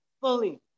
fully